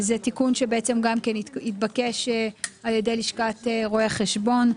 זה תיקון שבעצם גם כן התבקש על ידי לשכת רואי החשבון.